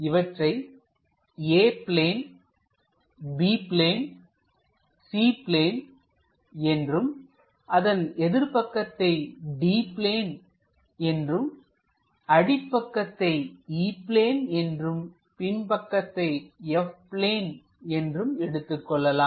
இவற்றை A plane B plane C plane என்றும் அதன் எதிர்பக்கத்தை D பிளேன் என்றும் அடிப்பாகத்தை E பிளேன் என்றும் பின்பக்கத்தை F பிளேன் என்றும் எடுத்துக் கொள்ளலாம்